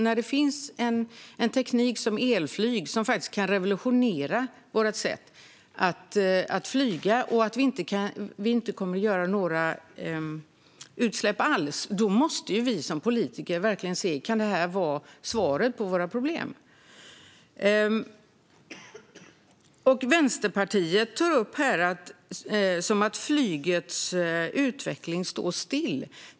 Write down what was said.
När det finns en teknik som elflyg, som faktiskt kan revolutionera vårt sätt att flyga och göra så att det inte blir några utsläpp alls, måste vi som politiker titta på om detta kan vara svaret på våra problem. Vänsterpartiet tog upp att flygets utveckling står stilla.